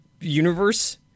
universe